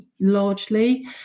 largely